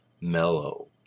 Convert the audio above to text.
Mellow